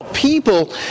people